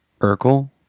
Urkel